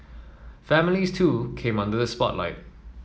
families too came under spotlight